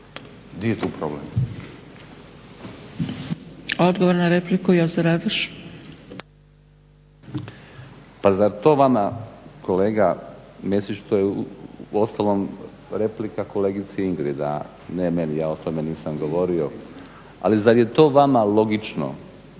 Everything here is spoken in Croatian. repliku, Jozo Radoš. **Radoš, Jozo (HNS)** Pa zar to vama kolega Mesić, to je uostalom replika kolegici Ingrid, a ne meni, ja o tome nisam govorio. Ali zar je to vama logično